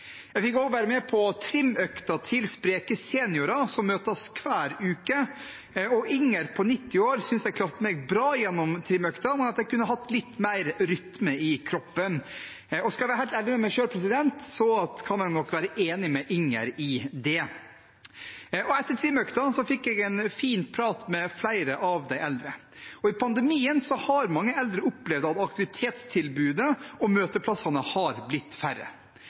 Jeg fikk også være med på trimøkta til spreke seniorer som møtes hver uke, og Inger på 90 år syntes jeg klarte meg bra gjennom trimøkta, men at jeg kunne hatt litt mer rytme i kroppen. Skal jeg være helt ærlig med meg selv, kan jeg nok være enig med Inger i det. Etter trimøkta fikk jeg en fin prat med flere av de eldre. Under pandemien har mange eldre opplevd at aktivitetstilbudet og møteplassene har blitt færre.